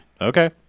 Okay